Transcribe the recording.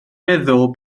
meddwl